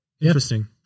interesting